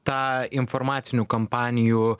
tą informacinių kampanijų